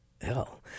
hell